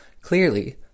Clearly